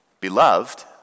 beloved